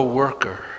worker